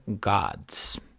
gods